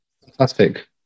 Fantastic